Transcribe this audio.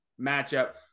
matchup